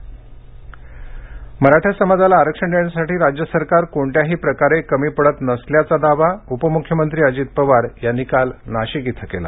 मराठा अजित पवार मराठा समाजाला आरक्षण देण्यासाठी राज्य सरकार कोणत्याही प्रकारे कमी पडत नसल्याचा दावा उपमुख्यमंत्री अजित पवार यांनी काल नाशिक इथं केला